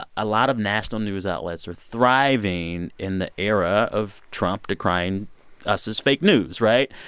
ah a lot of national news outlets are thriving in the era of trump decrying us as fake news, right?